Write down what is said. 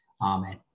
Amen